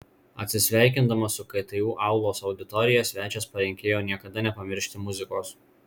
atsisveikindamas su ktu aulos auditorija svečias palinkėjo niekada nepamiršti muzikos